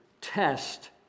test